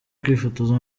kwifotoza